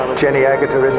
jenny ah agutter